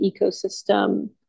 ecosystem